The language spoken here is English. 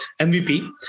MVP